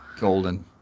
Golden